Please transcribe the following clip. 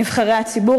נבחרי הציבור,